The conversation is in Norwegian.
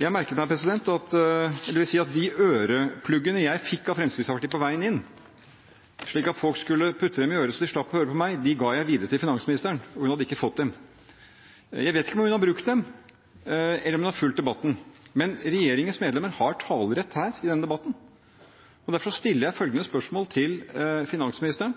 De ørepluggene jeg fikk av Fremskrittspartiet på veien inn, slik at folk skulle putte dem i øret så de slapp å høre på meg, ga jeg videre til finansministeren. Hun hadde ikke fått dem. Jeg vet ikke om hun har brukt dem, eller om hun har fulgt debatten. Men regjeringens medlemmer har talerett her i denne debatten. Derfor stiller jeg følgende spørsmål til finansministeren: